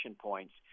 points